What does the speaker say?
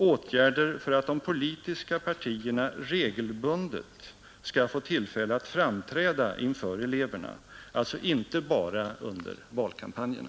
Ätgärder för att de politiska partierna regelbundet skall få tillfälle att framträda inför eleverna, alltså inte bara under valkampanjerna.